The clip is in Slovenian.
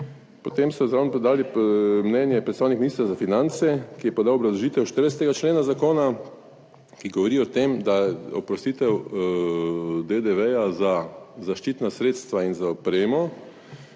Potem so zraven podali mnenje predstavnik ministra za finance, ki je podal obrazložitev 40. člena zakona, ki govori o tem, da oprostitev DDV za zaščitna sredstva in za opremo,